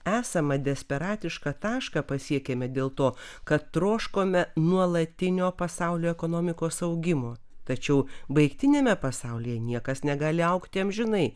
esama desperatišką tašką pasiekėme dėl to kad troškome nuolatinio pasaulio ekonomikos augimo tačiau baigtiniame pasaulyje niekas negali augti amžinai